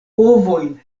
ovojn